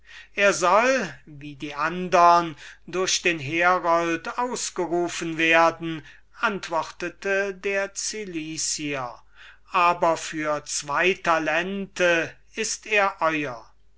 er sollte wie die andern durch den herold ausgerufen werden antwortete der cilicier aber für zwei talente ist er euer